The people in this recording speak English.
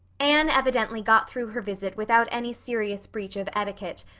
anne evidently got through her visit without any serious breach of etiquette,